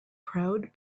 proud